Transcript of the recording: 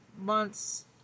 months